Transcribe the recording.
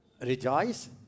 Rejoice